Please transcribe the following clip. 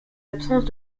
absence